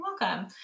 welcome